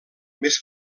més